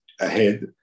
ahead